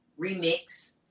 remix